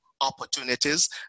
opportunities